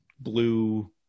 Blue